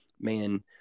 Man